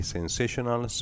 Sensational